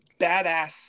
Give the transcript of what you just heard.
badass